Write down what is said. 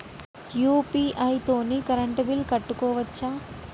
UPI తోని current bill కట్టుకోవచ్ఛా?